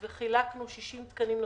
וחילקנו 60 תקנים עכשיו,